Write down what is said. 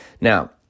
Now